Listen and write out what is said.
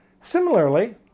Similarly